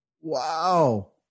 Wow